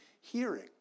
hearing